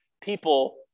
people